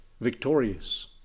victorious